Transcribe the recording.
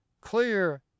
clear